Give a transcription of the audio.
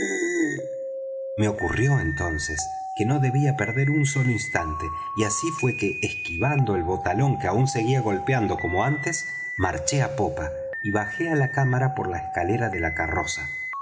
me ocurrió entonces que no debía perder un solo instante y así fué que esquivando el botalón que aún seguía golpeando como antes marché á popa y bajé á la cámara por la escalera de la carroza